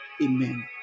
Amen